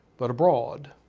but abroad,